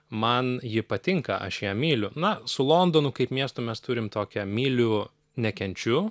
man ji patinka aš ją myliu na su londonu kaip miestu mes turim tokią myliu nekenčiu